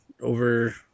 over